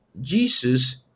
Jesus